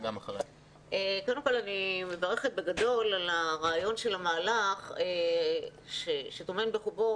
בגדול אני מברכת על הרעיון של המהלך שטומן בחובו,